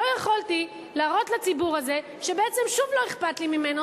לא יכולתי להראות לציבור הזה שבעצם שוב לא אכפת לי ממנו.